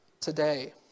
today